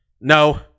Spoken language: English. no